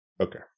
Okay